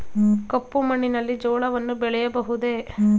ಕಪ್ಪು ಮಣ್ಣಿನಲ್ಲಿ ಜೋಳವನ್ನು ಬೆಳೆಯಬಹುದೇ?